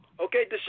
Okay